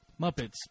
Muppets